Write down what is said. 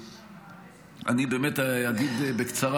באמת אגיד בקצרה,